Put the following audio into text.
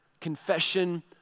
confession